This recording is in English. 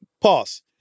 Pause